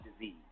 disease